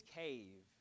cave